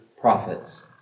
prophets